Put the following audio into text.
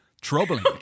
troubling